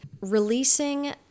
releasing